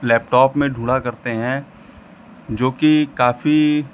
laptop में ढूँढ़ा करते हैं जोकि काफ़ी